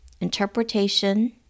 interpretation